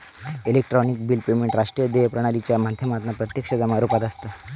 electronic bill payment राष्ट्रीय देय प्रणालीच्या माध्यमातना प्रत्यक्ष जमा रुपात असता